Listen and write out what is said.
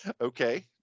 Okay